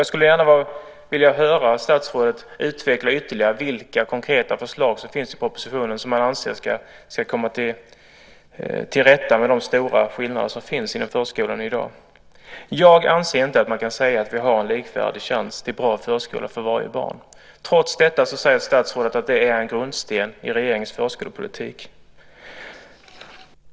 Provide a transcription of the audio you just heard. Jag skulle gärna vilja höra statsrådet utveckla vilka konkreta förslag det finns i propositionen som innebär att man ska komma till rätta med de stora skillnader som finns inom förskolan i dag. Jag anser inte att varje barn har en likvärdig chans till en bra förskola trots att statsrådet säger att det är en av grundstenarna i regeringens förskolepolitik.